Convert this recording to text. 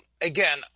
Again